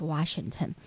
Washington 。